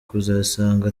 kuzasanga